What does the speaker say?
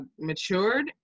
matured